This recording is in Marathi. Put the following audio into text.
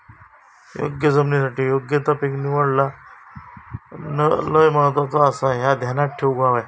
योग्य जमिनीसाठी योग्य ता पीक निवडणा लय महत्वाचा आसाह्या ध्यानात ठेवूक हव्या